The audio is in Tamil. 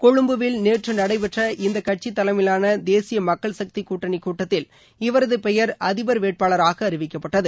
கொழும்பில் நேற்று நடைபெற்ற இந்த கட்சி தலைமையிலாள தேசிய மக்கள் சக்தி கூட்டணி கூட்டத்தில் இவரது பெயர் அதிபர் வேட்பாளராக அறிவிக்கப்பட்டது